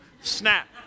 snap